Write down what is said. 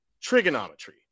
trigonometry